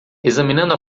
examinando